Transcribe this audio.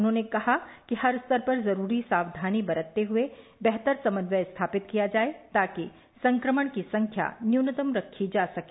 उन्होंने कहा कि हर स्तर पर जरूरी सावधानी बरतते हुए बेहतर समन्वय स्थापित किया जाए ताकि संक्रमण की संख्या न्यूनतम रखी जा सके